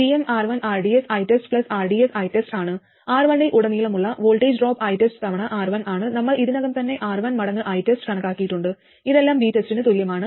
R1 ൽ ഉടനീളമുള്ള voltage drop ITEST തവണ R1 ആണ് നമ്മൾ ഇതിനകം തന്നെ R1 മടങ്ങ് ITEST കണക്കാക്കിയിട്ടുണ്ട് ഇതെല്ലാംVTEST ന് തുല്യമാണ്